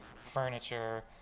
furniture